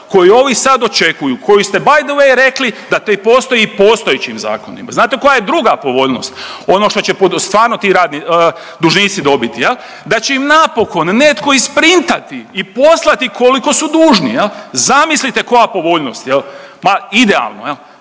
koju ovi sad očekuju koju ste btw rekli da to postoji i u postojećim zakonima. Znate koja je druga povoljnost ono što će stvarno ti dužnici dobiti? Da će im napokon neko isprintati i poslati koliko su dužni. Zamislite koja povoljnost? Ma idealno.